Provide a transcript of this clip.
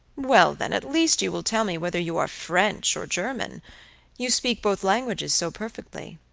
well, then, at least you will tell me whether you are french or german you speak both languages so perfectly